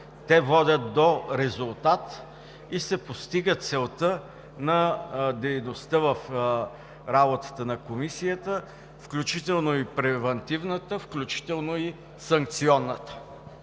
водят до резултат и се постига целта на дейността в работата на Комисията, включително и в превантивната, включително и в санкционната.